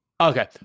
okay